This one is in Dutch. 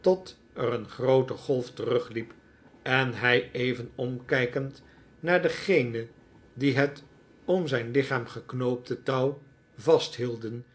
tot er een groote golf terugliep en hij even omkijkend naar degenen die het om zijn lichaam geknoopte touw vasthielden